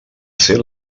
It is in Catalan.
ser